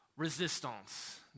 Resistance